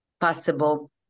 possible